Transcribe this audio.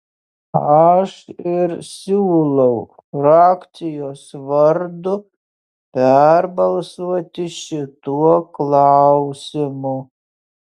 aš ir siūlau frakcijos vardu perbalsuoti šituo klausimu